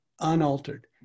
unaltered